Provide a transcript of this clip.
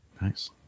nice